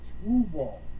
Screwball